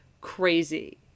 crazy